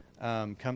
Come